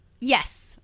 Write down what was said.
yes